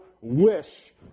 wish